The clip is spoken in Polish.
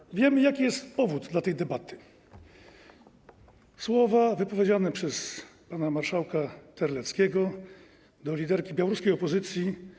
I wiemy, jaki jest powód tej debaty - słowa wypowiedziane przez pana marszałka Terleckiego do liderki białoruskiej opozycji.